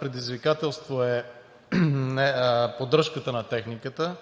Предизвикателство е поддръжката на техниката.